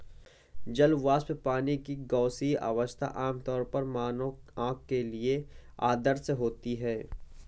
जल वाष्प, पानी की गैसीय अवस्था, आमतौर पर मानव आँख के लिए अदृश्य होती है